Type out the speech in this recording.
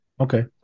Okay